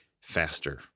faster